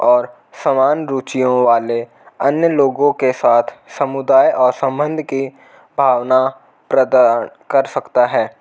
और समान रुचियों वाले अन्य लोगों के साथ समुदाय और संबंध की भावना प्रदान कर सकता है